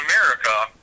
America